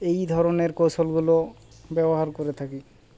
এই ধরনের কৌশলগুলো ব্যবহার করে থাকি